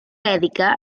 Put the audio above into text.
vèdica